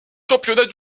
championnats